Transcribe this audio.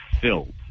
filled